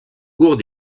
cours